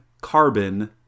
carbon